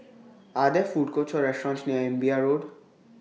Are There Food Courts Or restaurants near Imbiah Road